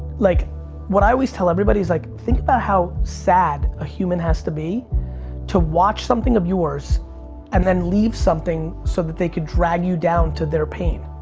like what i always tell everybody is, like think about how sad a human has to be to watch something of yours and then leave something so that they could drag you down to their pain.